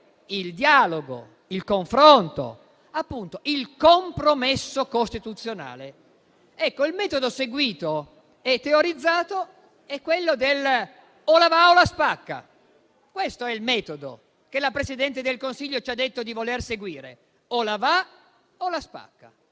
il dialogo, il confronto e il compromesso costituzionale, appunto. Il metodo seguito e teorizzato è "o la va o la spacca". Questo è il metodo che la Presidente del Consiglio ci ha detto di voler seguire: "o la va o la spacca".